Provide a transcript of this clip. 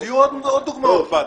אז יהיו עוד דוגמאות בעתיד.